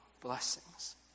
blessings